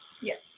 Yes